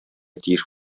тиеш